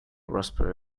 raspberry